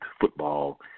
football